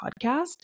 podcast